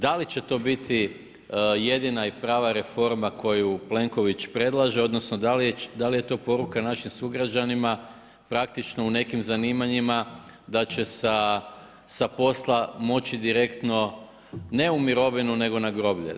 Da li će to biti jedina i prava reforma koju Plenković predlaže, odnosno da li je to poruka našim sugrađanima praktično u nekim zanimanjima da će sa posla moći direktno ne u mirovinu nego na groblje.